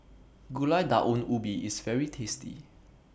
Gulai Daun Ubi IS very tasty